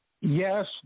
Yes